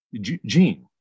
gene